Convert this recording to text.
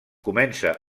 comença